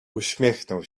uśmiechnął